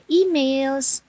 emails